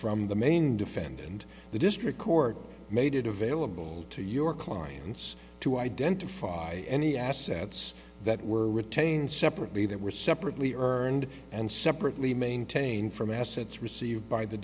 from the main defended and the district court made it available to your clients to identify any assets that were retained separately that were separately earned and separately maintain from assets received by the